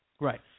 Right